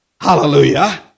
Hallelujah